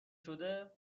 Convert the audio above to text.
شده